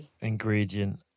ingredient